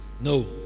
No